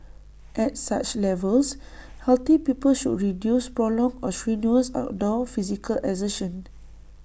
at such levels healthy people should reduce prolonged or strenuous outdoor physical exertion